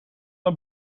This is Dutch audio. een